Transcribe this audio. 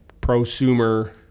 Prosumer